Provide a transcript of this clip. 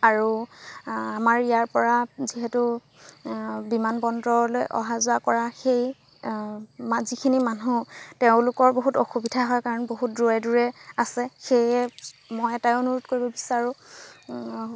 আৰু আমাৰ ইয়াৰ পৰা যিহেতু বিমানবন্দৰলৈ অহা যোৱা কৰা সেই যিখিনি মানুহ তেওঁলোকৰ বহুত অসুবিধা হয় কাৰণ বহুত দূৰে দূৰে আছে সেয়ে মই এটাই অনুৰোধ কৰিব বিচাৰোঁ